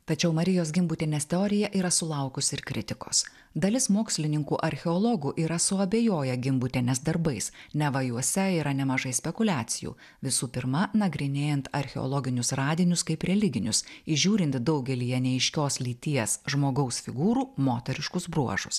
tačiau marijos gimbutienės teorija yra sulaukusi ir kritikos dalis mokslininkų archeologų yra suabejoję gimbutienės darbais neva juose yra nemažai spekuliacijų visų pirma nagrinėjant archeologinius radinius kaip religinius įžiūrint daugelyje neaiškios lyties žmogaus figūrų moteriškus bruožus